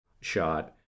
shot